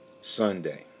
Sunday